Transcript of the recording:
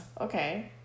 Okay